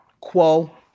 quo